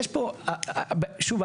שוב,